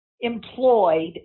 employed